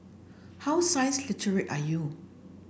how science literate are you